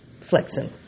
flexing